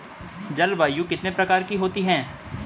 जलवायु कितने प्रकार की होती हैं?